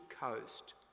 coast